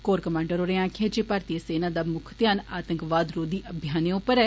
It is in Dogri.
कोर कमांडर होरें आक्खेआ जे भारतीय सेना दा मुक्ख ध्यान आतंकवाद रोधी अभियान उप्पर ऐ